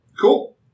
Cool